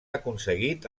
aconseguit